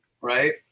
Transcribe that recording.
right